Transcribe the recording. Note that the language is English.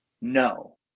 no